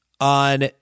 on